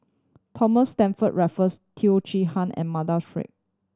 Thomas Stamford Raffles Teo Chee Hean and Mardan